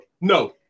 No